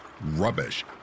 rubbish